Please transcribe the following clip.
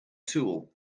tool